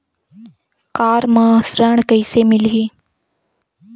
Car म ऋण कइसे मिलही?